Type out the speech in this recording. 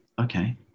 Okay